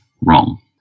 wrong